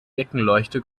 deckenleuchte